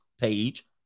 page